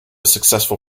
successful